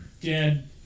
Dead